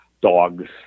dogs